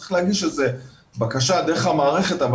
צריך להגיש על זה בקשה דרך המערכת, אבל